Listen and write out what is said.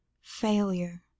failure